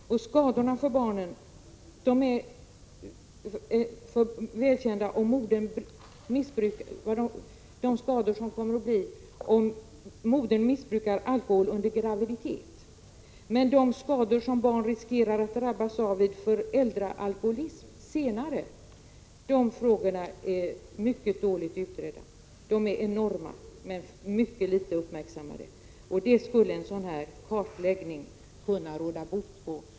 De skador som ett barn kan råka ut för om modern missbrukar alkohol under graviditeten är välkända. Men de skador som barn riskerar att drabbas av senare i livet på grund av föräldraalkoholism är mycket dåligt utredda. De är av enorm omfattning men mycket litet uppmärksammade.